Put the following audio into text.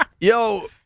yo